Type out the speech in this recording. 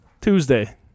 Tuesday